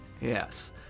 Yes